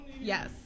Yes